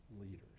leaders